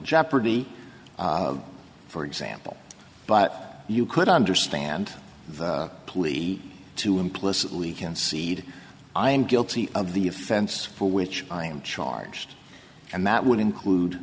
jeopardy for example but you could understand the plea to implicitly concede i am guilty of the offense for which i am charged and that would include